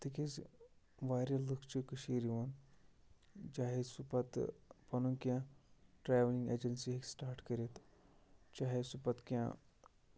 تِکیٛازِ واریاہ لُکھ چھِ کٔشیٖر یِوان چاہے سُہ پَتہٕ پَنُن کیٚنٛہہ ٹرٛاولِنٛگ اٮ۪جَنسی ہیٚکہِ سِٹاٹ کٔرِتھ چاہے سُہ پَتہٕ کیٚنٛہہ